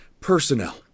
personnel